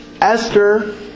Esther